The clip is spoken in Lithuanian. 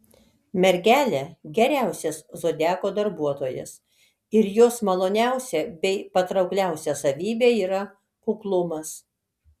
mergelė geriausias zodiako darbuotojas ir jos maloniausia bei patraukliausia savybė yra kuklumas